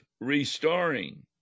restoring